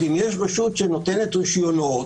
אם יש רשות שנותנת רישיונות,